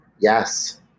Yes